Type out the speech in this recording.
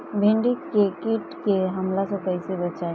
भींडी के कीट के हमला से कइसे बचाई?